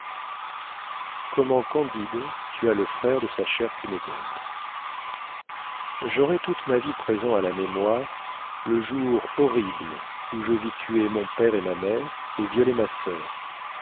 comment candide tua le frère de sa chère cunégonde j'aurai toute ma vie présent à la mémoire le jour horrible où je vis tuer mon père et ma mère et violer ma soeur